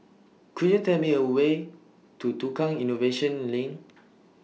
Could YOU Tell Me A Way to Tukang Innovation Lane